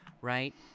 right